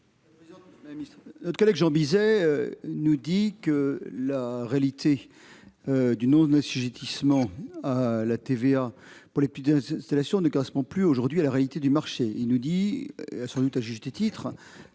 Notre collègue Jean Bizet nous dit que le seuil du non-assujettissement à la TVA pour les petites installations ne correspond plus à la réalité du marché. Il nous dit, sans doute à juste titre,